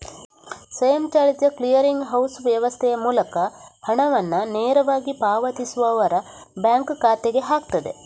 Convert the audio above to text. ಸ್ವಯಂಚಾಲಿತ clearing house ವ್ಯವಸ್ಥೆಯ ಮೂಲಕ ಹಣವನ್ನ ನೇರವಾಗಿ ಪಾವತಿಸುವವರ ಬ್ಯಾಂಕ್ ಖಾತೆಗೆ ಹಾಕ್ತದೆ